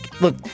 look